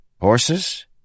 horses